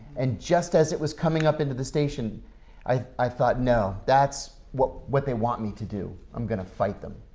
and just as it was coming up into the station i thought no, that's what what they want me to do. i'm going to fight them.